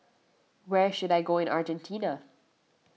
where should I go in Argentina